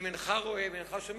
אם אינך רואה ואינך שומע,